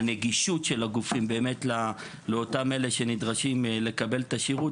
הנגישות של הגופים באמת לאותם אלה שנדרשים לקבל את השירות,